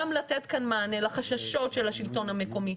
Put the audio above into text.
לתת כאן מענה לחששות של השלטון המקומי,